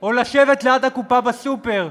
או לשבת ליד הקופה בסופר.